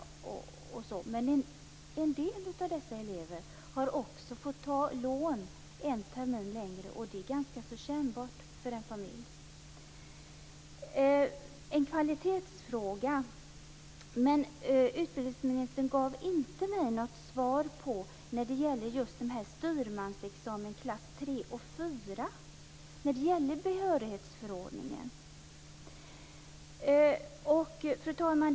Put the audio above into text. Men en del av dessa elever har fått ta lån en termin längre, och det är ganska kännbart för en familj. Utbildningsministern gav mig inte något svar när det gällde just styrmansexamen klass III och IV enligt behörighetsförordningen. Fru talman!